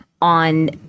on